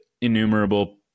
innumerable